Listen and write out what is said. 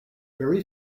very